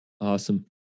Awesome